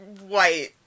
white